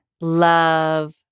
love